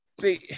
See